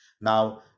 now